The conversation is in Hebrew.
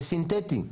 זה סינתטי.